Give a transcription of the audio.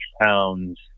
pounds